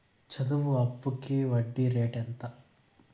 చదువు అప్పుకి వడ్డీ రేటు ఎంత?